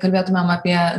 kalbėtumėm apie